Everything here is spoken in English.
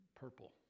purple